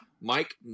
Mike